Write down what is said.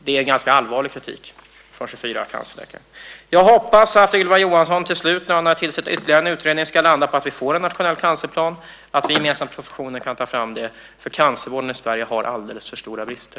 Det är en ganska allvarlig kritik från 24 cancerläkare. Jag hoppas att Ylva Johansson till slut, när hon har tillsatt ytterligare en utredning, ska landa på att vi får en nationell cancerplan och att vi gemensamt med professionen kan ta fram den. Cancervården i Sverige har alldeles för stora brister.